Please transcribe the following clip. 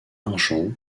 argent